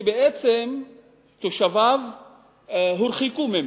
שתושביו הורחקו ממנו,